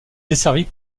desservie